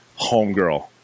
homegirl